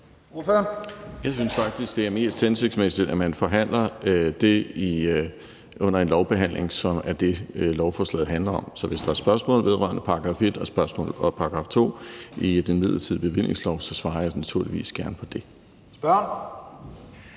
Jeg synes faktisk, at det er mest hensigtsmæssigt, at man under en lovbehandling forhandler det, som lovforslaget handler om. Så hvis der er spørgsmål omkring §§ 1 og 2 i den midlertidige bevillingslov, så svarer jeg naturligvis gerne på det. Kl.